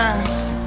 Past